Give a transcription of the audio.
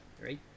Right